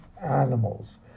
animals